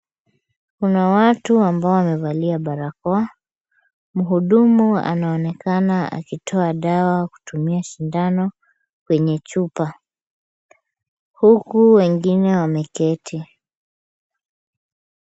Kuna watu ambao wamevalia barakoa, mhudumu anaonekana akitoa dawa kutumia sindano kwenye chupa huku wengine wameketi.